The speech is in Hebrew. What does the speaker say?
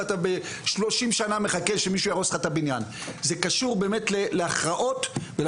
ואתה 30 שנה מחכה שמישהו יהרוס לך את הבניין ויבנה חדש במקומו.